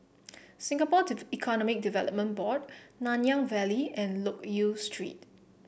Singapore Economic Development Board Nanyang Valley and Loke Yew Street